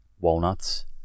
walnuts